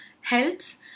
helps